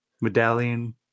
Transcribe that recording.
medallion